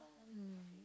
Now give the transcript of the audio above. mm